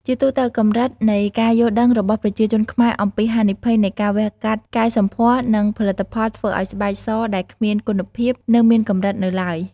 ជាទូទៅ កម្រិតនៃការយល់ដឹងរបស់ប្រជាជនខ្មែរអំពីហានិភ័យនៃការវះកាត់កែសម្ផស្ស និងផលិតផលធ្វើឱ្យស្បែកសដែលគ្មានគុណភាព នៅមានកម្រិតនៅឡើយ។